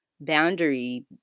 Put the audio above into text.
boundary